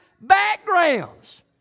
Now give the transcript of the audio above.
backgrounds